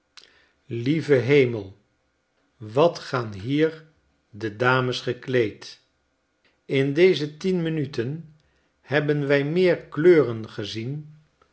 lieve hemel wat gaan hier de dames gekleed in deze tienminuten hebben wij meer kleuren gezien